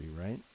right